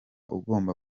ugomba